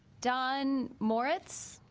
done moritz